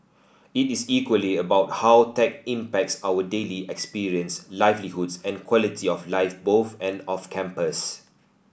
it is equally about how tech impacts our daily experience livelihoods and quality of life both and off campus